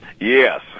Yes